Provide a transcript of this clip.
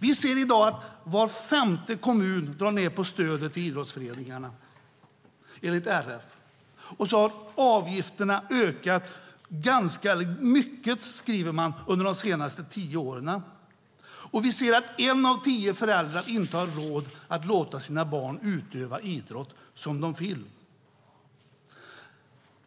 Vi ser i dag enligt RF att var femte kommun drar ned på stödet till idrottsföreningarna. Avgifterna har ökat ganska mycket, skriver man, under de senaste tio åren. Vi ser att en av tio föräldrar inte har råd att låta sina barn utöva idrott som de vill.